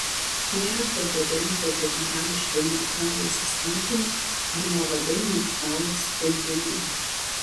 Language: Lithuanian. nėra tokio dalyko kaip morališkai neutralūs įstatymai ar moraliai neutralūs sprendiniai